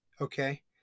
okay